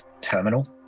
terminal